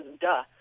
duh